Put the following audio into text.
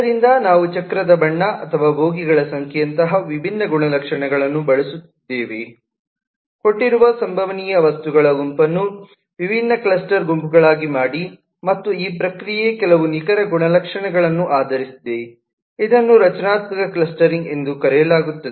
ಆದ್ದರಿಂದ ನಾವು ಚಕ್ರದ ಬಣ್ಣ ಅಥವಾ ಬೋಗಿಗಳ ಸಂಖ್ಯೆಯಂತಹ ವಿಭಿನ್ನ ಗುಣಲಕ್ಷಣಗಳನ್ನು ಬಳಸುತ್ತಿದ್ದೇವೆ ಕೊಟ್ಟಿರುವ ಸಂಭವನೀಯ ವಸ್ತುಗಳ ಗುಂಪನ್ನು ವಿಭಿನ್ನ ಕ್ಲಸ್ಟರ್ ಗುಂಪುಗಳಾಗಿ ಮಾಡಿ ಮತ್ತು ಈ ಪ್ರಕ್ರಿಯೆ ಕೆಲವು ನಿಖರ ಗುಣಲಕ್ಷಣಗಳನ್ನು ಆಧರಿಸಿದೆ ಇದನ್ನು ರಚನಾತ್ಮಕ ಕ್ಲಸ್ಟರಿಂಗ್ ಎಂದು ಕರೆಯಲಾಗುತ್ತದೆ